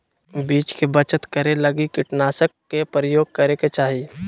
बीज के बचत करै लगी कीटनाशक के प्रयोग करै के चाही